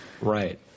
Right